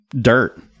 dirt